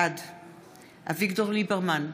בעד אביגדור ליברמן,